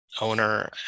owner